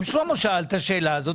גם שלמה שאל את השאלה הזאת.